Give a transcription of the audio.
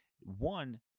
one